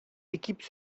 équipes